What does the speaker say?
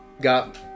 got